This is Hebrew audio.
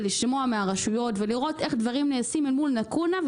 לשמוע מהרשויות ולראות איך דברים נעשים אל מול לקונה,